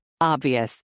obvious